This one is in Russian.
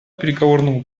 переговорному